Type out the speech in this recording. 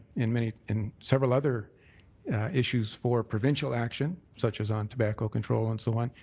in many in several other issues for provincial action such as on tobacco control and so on,